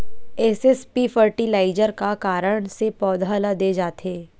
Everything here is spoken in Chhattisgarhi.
एस.एस.पी फर्टिलाइजर का कारण से पौधा ल दे जाथे?